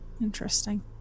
Interesting